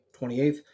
28th